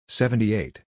seventy-eight